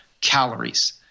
calories